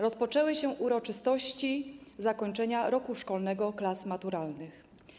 Rozpoczęły się uroczystości zakończenia roku szkolnego klas maturalnych.